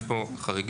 יש כאן חריגים.